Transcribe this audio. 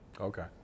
okay